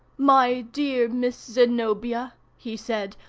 my dear miss zenobia, he said,